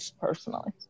personally